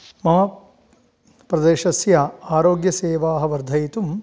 मम प्रदेशस्य आरोग्य सेवा वर्धयितुं